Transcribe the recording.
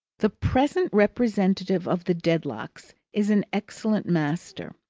the present representative of the dedlocks is an excellent master.